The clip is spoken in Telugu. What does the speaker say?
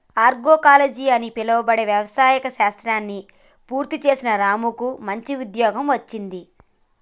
ఆగ్రోకాలజి అని పిలువబడే వ్యవసాయ శాస్త్రాన్ని పూర్తి చేసిన రాముకు మంచి ఉద్యోగం వచ్చింది